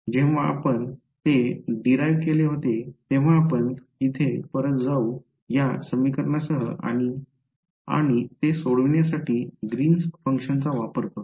जेव्हा आपण हे व्युत्पन्न केले तेव्हा आपण येथे परत जाऊ या समीकरणासह आणि आणि ते सोडविण्यासाठी ग्रीन्स फंक्शनचा वापर करू